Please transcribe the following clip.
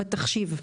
בתחשיב.